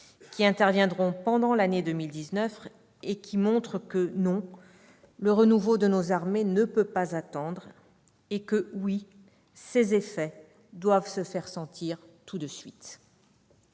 qui interviendront pendant l'année 2019, et qui montrent que, non, le renouveau de nos armées ne peut pas attendre, et que, oui, ses effets doivent se faire sentir tout de suite.